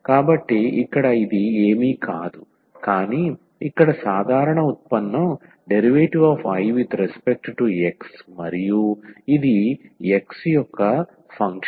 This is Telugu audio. కాబట్టి ఇక్కడ ఇది ఏమీ కాదు కానీ ఇక్కడ సాధారణ ఉత్పన్నం dIdx మరియు ఇది x యొక్క ఫంక్షన్